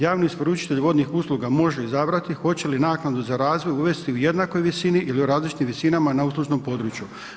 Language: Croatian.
Javni isporučitelj vodnih usluga može izabrati hoće li naknadu za razvoj uvesti u jednakoj visini ili u različitim visinama na uslužnom području.